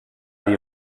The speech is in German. die